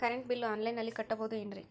Current bill ಆನ್ಲೈನಿನಲ್ಲಿ ಕಟ್ಟಬಹುದು ಏನ್ರಿ?